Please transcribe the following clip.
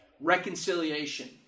reconciliation